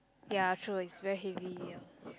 ya true is very heavy ya